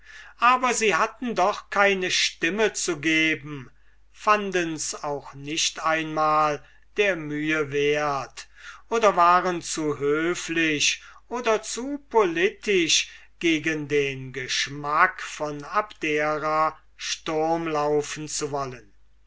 aber sie hatten doch keine stimme zu geben fandens auch nicht einmal der mühe wert oder waren zu höflich oder zu politisch gegen den geschmack von abdera sturm laufen zu wollen